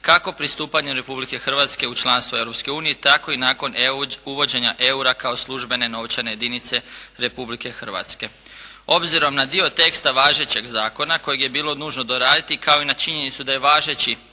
kako pristupanju Republike Hrvatske u članstvo Europske unije, tako i nakon uvođenja eura kao službene novčane jedinice Republike Hrvatske. Obzirom na dio teksta važećeg zakona kojeg je bilo nužno doraditi kao i na činjenicu da je važeći